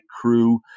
crew